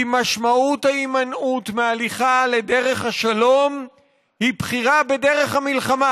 כי משמעות ההימנעות מהליכה לדרך השלום היא בחירה בדרך המלחמה.